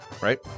right